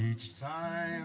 each time